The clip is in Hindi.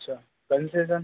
अच्छा कनसेसन